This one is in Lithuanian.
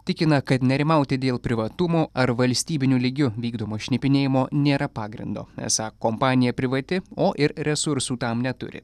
tikina kad nerimauti dėl privatumo ar valstybiniu lygiu vykdomo šnipinėjimo nėra pagrindo esą kompanija privati o ir resursų tam neturi